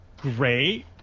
great